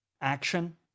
action